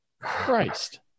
Christ